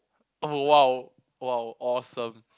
oh !wow! !wow! awesome